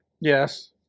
yes